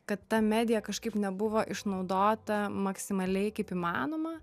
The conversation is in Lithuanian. kad ta medija kažkaip nebuvo išnaudota maksimaliai kaip įmanoma